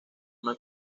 una